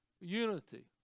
unity